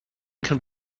can